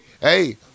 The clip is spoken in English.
hey